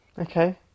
Okay